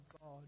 God